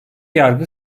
yargı